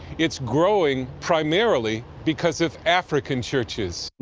it's growing primarily because of african churches.